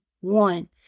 One